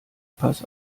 pass